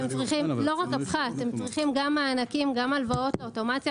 לא רק הפחת: הם צריכים גם מענקים והלוואות לאוטומציה.